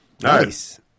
Nice